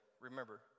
remember